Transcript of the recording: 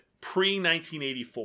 pre-1984